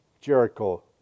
Jericho